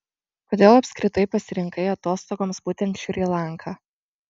kodėl apskritai pasirinkai atostogoms būtent šri lanką